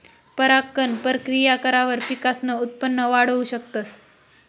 परागकण परकिया करावर पिकसनं उत्पन वाढाऊ शकतस